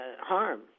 harm